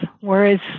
whereas